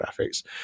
graphics